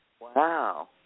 Wow